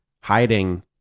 hiding